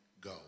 go